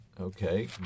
Okay